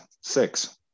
Six